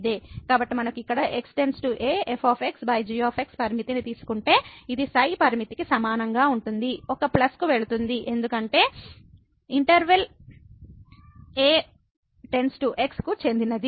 కాబట్టి మనము ఇక్కడ x → a f g limit ని తీసుకుంటే ఇది ξ లిమిట్ కి సమానంగా ఉంటుంది ఒక ప్లస్కు వెళుతుంది ఎందుకంటే ξ ఇంటర్వెల్ a → x కు చెందినది